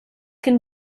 can